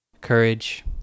Courage